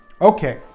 Okay